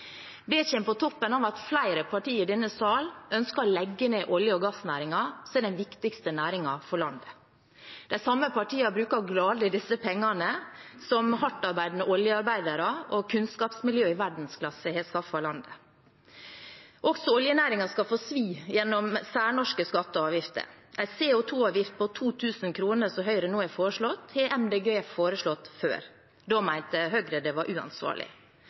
på toppen av at flere partier i denne sal ønsker å legge ned olje- og gassnæringen, som er den viktigste næringen for landet. De samme partiene bruker gladelig disse pengene som hardtarbeidende oljearbeidere og kunnskapsmiljøer i verdensklasse har skaffet landet. Også oljenæringen skal få svi gjennom særnorske skatter og avgifter. En CO 2 -avgift på 2 000 kr, som Høyre nå har foreslått, har Miljøpartiet De Grønne foreslått før. Da mente Høyre det var uansvarlig.